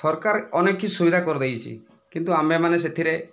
ସରକାର ଅନେକ କିଛି ସୁବିଧା କରିଦେଇଛି କିନ୍ତୁ ଆମେ ମାନେ ସେଥିରେ